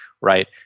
Right